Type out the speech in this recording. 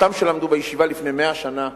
אותם שלמדו בישיבה לפני 100 שנה,